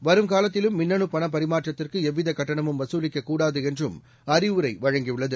வரும்காலத்திலும்மின்னணுபணபரிமாற்றத்திற்குஎவ்வி தகட்டணமும்வசூலிக்கக்கூடாதுஎன்றும்அறிவுரைவழங் கியுள்ளது